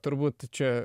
turbūt čia